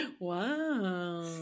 Wow